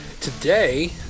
today